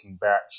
Batch